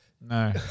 No